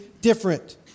different